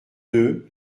deux